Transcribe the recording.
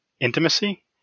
intimacy